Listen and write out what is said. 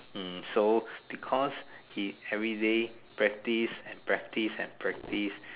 hmm so because he everyday practice and practice and practice